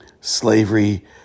slavery